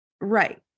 Right